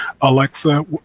Alexa